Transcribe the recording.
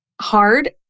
hard